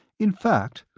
in fact,